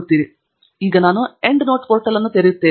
ಮತ್ತು ಈಗ ನಾನು ಎಂಡ್ ನೋಟ್ ಪೋರ್ಟಲ್ ಅನ್ನು ಇಲ್ಲಿ ತೆರೆಯುತ್ತಿದ್ದೇನೆ